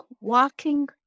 walking